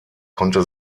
konnte